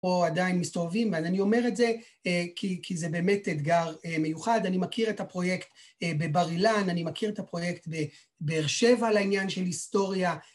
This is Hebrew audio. פה עדיין מסתובבים, אז אני אומר את זה, כי זה באמת אתגר מיוחד, אני מכיר את הפרויקט בבר אילן, אני מכיר את הפרויקט בבאר שבע על העניין של היסטוריה.